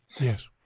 Yes